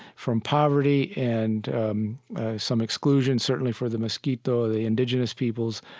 from poverty and um some exclusion, certainly for the miskito, the indigenous people,